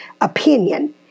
opinion